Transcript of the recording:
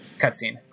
cutscene